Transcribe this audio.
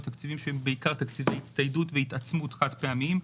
בעיקר תקציבי הצטיידות והתעצמות חד פעמיים.